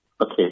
Okay